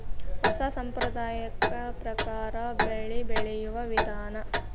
ಹೊಸಾ ಸಂಪ್ರದಾಯದ ಪ್ರಕಾರಾ ಬೆಳಿ ಬೆಳಿಯುವ ವಿಧಾನಾ